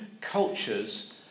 cultures